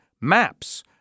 Maps